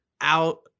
out